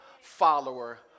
follower